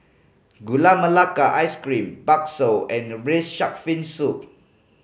Gula Melaka Ice Cream bakso and Braised Shark Fin Soup